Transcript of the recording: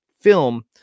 film